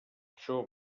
això